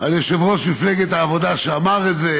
על יושב-ראש מפלגת העבודה שאמר את זה,